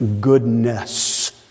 goodness